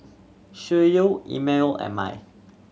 Schuyler Immanuel and Mai